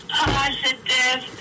positive